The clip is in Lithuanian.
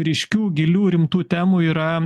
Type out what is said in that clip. ryškių gilių rimtų temų yra